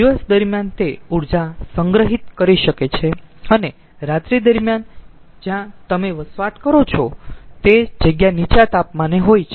દિવસ દરમિયાન તે ઊર્જા સંગ્રહિત કરી શકે છે અને રાત્રિ દરમ્યાન જ્યારે તેમાં વસવાટ કરો છો તે જગ્યા નીચા તાપમાને હોય છે